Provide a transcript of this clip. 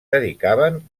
dedicaven